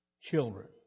children